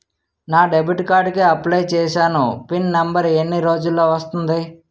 నా debit card కి apply చూసాను పిన్ నంబర్ ఎన్ని రోజుల్లో వస్తుంది?